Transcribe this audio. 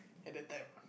at that time